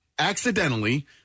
accidentally